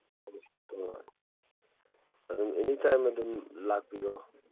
ꯑꯗꯨꯝ any time ꯑꯗꯨꯝ ꯂꯥꯛꯄꯤꯔꯣ